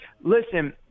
Listen